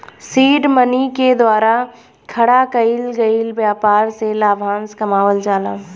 seed money के द्वारा खड़ा कईल गईल ब्यपार से लाभांस कमावल जाला